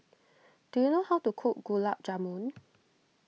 do you know how to cook Gulab Jamun